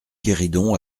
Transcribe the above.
guéridon